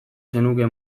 zenuke